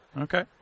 Okay